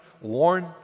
warn